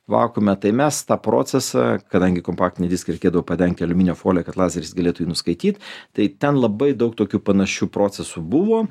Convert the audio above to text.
vakuume tai mes tą procesą kadangi kompaktinį diską reikėdavo padengti aliuminio folija kad lazeris galėtų jį nuskaityt tai ten labai daug tokių panašių procesų buvo